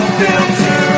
filter